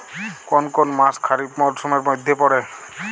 কোন কোন মাস খরিফ মরসুমের মধ্যে পড়ে?